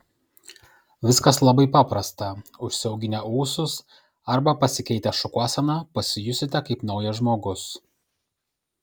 viskas labai paprasta užsiauginę ūsus arba pasikeitę šukuoseną pasijusite kaip naujas žmogus